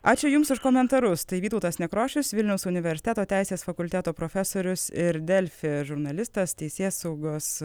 ačiū jums už komentarus tai vytautas nekrošius vilniaus universiteto teisės fakulteto profesorius ir delfi žurnalistas teisėsaugos